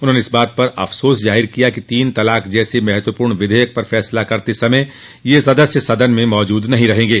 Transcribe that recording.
उन्होंने इस बात पर अफसोस जाहिर किया कि तीन तलाक जैसे महत्वपूर्ण विधेयक पर फैसला करते समय ये सदस्य सदन में मौजूद नहीं रहेंगे